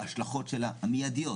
בהשלכות שלה המידיות